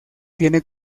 tiene